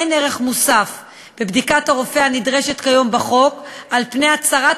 אין ערך מוסף בבדיקת הרופא הנדרשת כיום בחוק על פני הצהרת